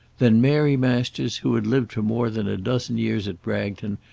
then mary masters, who had lived for more than a dozen years at bragton,